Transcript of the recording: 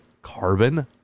Carbon